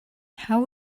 how